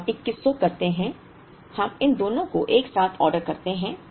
फिर हम 2100 करते हैं हम इन दोनों को एक साथ ऑर्डर करते हैं